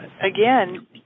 again